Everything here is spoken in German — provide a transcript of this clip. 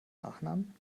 nachnamen